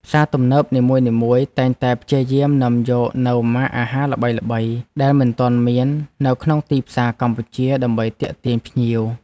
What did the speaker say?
ផ្សារទំនើបនីមួយៗតែងតែព្យាយាមនាំយកនូវម៉ាកអាហារថ្មីៗដែលមិនទាន់មាននៅក្នុងទីផ្សារកម្ពុជាដើម្បីទាក់ទាញភ្ញៀវ។